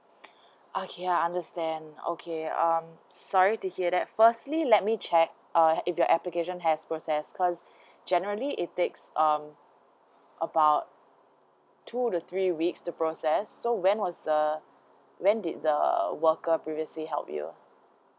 okay I understand okay um sorry to hear that firstly let me check uh if your application has process cause generally it takes um about two to three weeks to process so when was the when did the worker previously help you